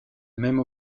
même